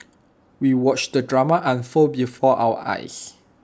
we watched the drama unfold before our eyes